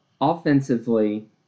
Offensively